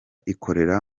ikorera